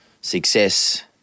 success